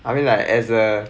I mean like as a